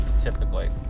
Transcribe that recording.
typically